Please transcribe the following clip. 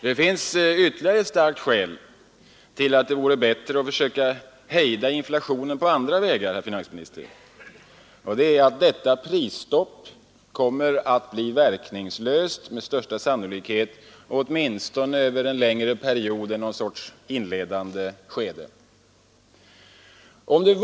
Det finns ytterligare ett starkt skäl till att det vore bättre att försöka hejda inflationen på andra vägar, herr finansminister, och det är att detta prisstopp med största sannolikhet kommer att bli verkningslöst, åtminstone över en längre period än någon sorts inledande skede.